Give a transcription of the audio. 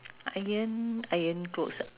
iron iron clothes ah